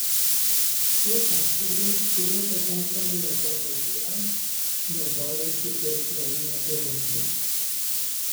šiuo sąsiauriu kuriuo patenkama į azovo jūrą naudojasi ir ukraina ir rusija